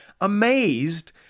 amazed